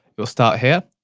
it will start here,